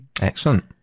Excellent